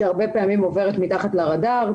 שהרבה פעמים עוברת מתחת לרדאר,